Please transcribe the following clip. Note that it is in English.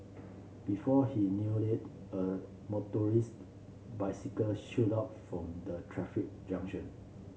before he knew it a motorised bicycle shot out from the traffic junction